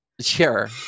sure